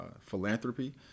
philanthropy